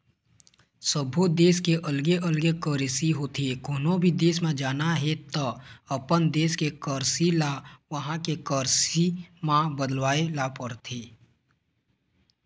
सब्बो देस के अलगे अलगे करेंसी होथे, कोनो भी देस म जाना हे त अपन देस के करेंसी ल उहां के करेंसी म बदलवाए ल परथे